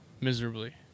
miserably